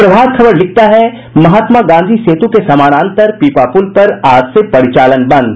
प्रभात खबर लिखता है महात्मा गांधी सेतु के समानांतर पीपा पुल पर आज से परिचालन बंद